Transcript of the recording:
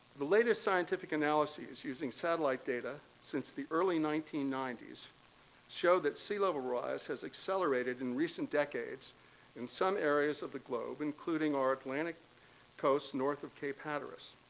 the latest scientific analyses using satellite data since the early nineteen ninety s show that sea level rise has accelerated in recent decades in some areas of the globe, including our atlantic coast north of cape hadarus.